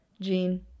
Gene